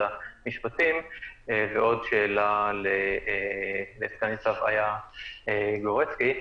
המשפטים ועוד שאלה לסגן-ניצב איה גורצקי.